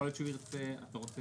אתה רוצה